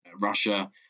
Russia